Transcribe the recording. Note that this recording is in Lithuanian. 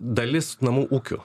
dalis namų ūkių